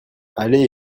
aller